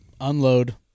unload